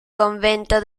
convento